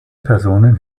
personen